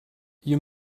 you